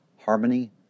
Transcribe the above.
harmony